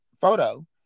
photo